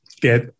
get